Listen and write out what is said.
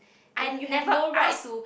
I never ask